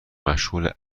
مشغول